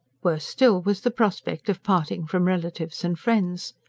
worse still was the prospect of parting from relatives and friends.